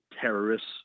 terrorists